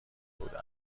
بوده